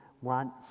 want